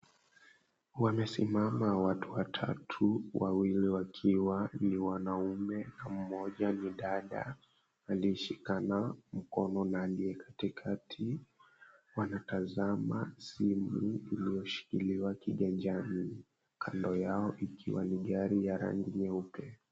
Wamesimama watu watatu wawili wakiwa ni wanaume mmoja ni dada aliyeshikana mkono na aliye katikati. Wanatazama simu iliyoshikiliwa kiganjani, kando yao ikiwa ni gari ya rangi nyeupe.